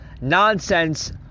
nonsense